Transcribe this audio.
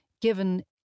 given